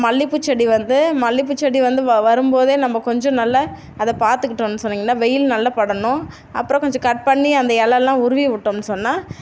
மல்லிகைப்பூ செடி வந்து மல்லிகைப்பூ செடி வந்து வ வரும் போது நம்ம கொஞ்சம் நல்ல அதை பார்த்துக்கிட்டோன்னு சொன்னீங்கன்னா வெயில் நல்ல படணும் அப்புறம் கொஞ்சம் கட் பண்ணி அந்த இலயெல்லாம் உருவி விட்டோம்னு சொன்னால்